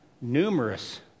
numerous